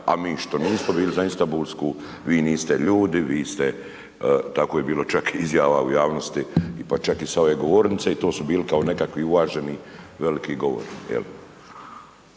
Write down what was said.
a mi što nismo bili za Istambulsku, vi niste ljudi, vi ste, tako je bilo čak izjava u javnosti i pa čak i sa ove govornice i to su bili kao nekakvi uvaženi veliki govori